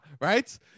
right